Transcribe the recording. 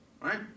right